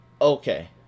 okay